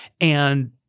And-